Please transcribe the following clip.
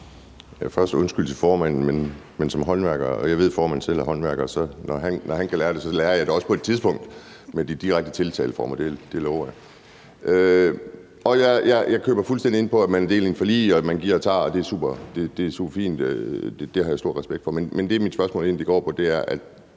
Først undskyld til formanden. Jeg ved, at formanden – ligesom jeg – selv er håndværker, så når han kan lære det, lærer jeg det også på et tidspunkt med de direkte tiltaleformer. Det lover jeg. Jeg køber fuldstændig ind på, at man er en del af et forlig, og at man giver og tager. Det er superfint, det har jeg stor respekt for. Men det, mit spørgsmål egentlig går på, er, at